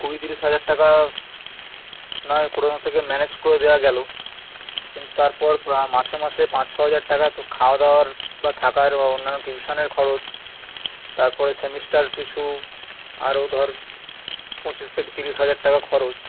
কুড়ি তিরিশ হাজার টাকা নায় কোথাও থেকে ম্যানেজ করে দেওয়া গেলো কিন্তু তারপর মাসে মাসে পাঁচ ছ হাজার টাকা তো খাওয়া দাওয়ার বা থাকার বা অন্যান্য টিউশানের খরচ তারপরে সেমিস্টার পিছু আরও ধর পঁচিশ থেকে তিরিশ হাজার টাকা খরচ